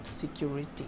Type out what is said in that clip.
security